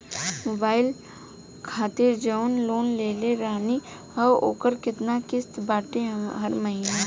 Mobile खातिर जाऊन loan लेले रहनी ह ओकर केतना किश्त बाटे हर महिना?